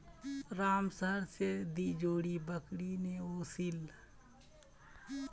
रामू शहर स दी जोड़ी बकरी ने ओसील